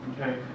Okay